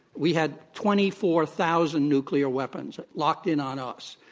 we had twenty four thousand nuclearweapons locked in on us.